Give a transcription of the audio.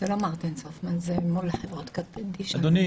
אדוני,